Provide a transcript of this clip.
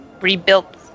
rebuilt